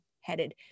headed